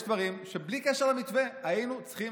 יש דברים שבלי קשר למתווה היינו צריכים